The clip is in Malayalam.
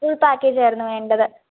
ഫുൾ പാക്കേജായിരുന്നു വേണ്ടത്